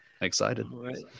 Excited